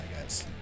guys